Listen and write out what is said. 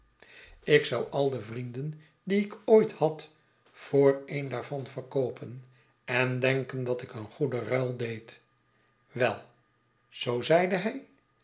ik zou al de vrienden die ik ooit had voor een daarvan verkoopen en denken dat ik een goeden ruil deed wei zoo zeide hij